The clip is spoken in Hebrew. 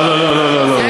לא, לא, לא.